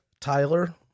Tyler